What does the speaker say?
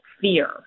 fear